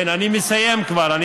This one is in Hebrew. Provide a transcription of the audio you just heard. כן, אני כבר מסיים.